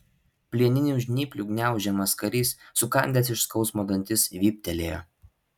plieninių žnyplių gniaužiamas karys sukandęs iš skausmo dantis vyptelėjo